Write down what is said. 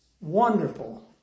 wonderful